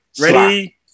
ready